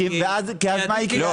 כי אז מה יקרה?